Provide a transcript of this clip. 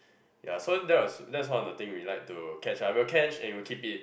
ya so that was that is one of the thing we like to catch ah we would catch and we would keep it